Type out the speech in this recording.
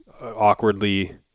awkwardly